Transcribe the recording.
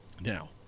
Now